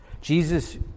Jesus